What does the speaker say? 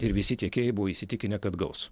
ir visi tiekėjai buvo įsitikinę kad gaus